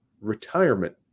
retirement